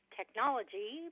technology